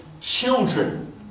children